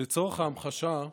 לצורך ההמחשה,